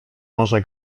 może